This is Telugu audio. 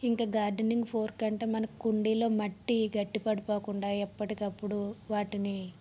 ఇంక గార్డెనింగ్ ఫోర్క్ అంటే మన కుండీలో మట్టి గట్టి పడిపోకుండా ఎప్పటికి అప్పుడు వాటిని